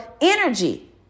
energy